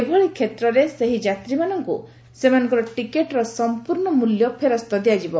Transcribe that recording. ଏଭଳି କ୍ଷେତ୍ରରେ ସେହି ଯାତ୍ରୀମାନଙ୍କୁ ସେମାନଙ୍କର ଟିକେଟର ସମ୍ପୂର୍ଣ୍ଣ ମୂଲ୍ୟ ଫେରସ୍ତ ଦିଆଯିବ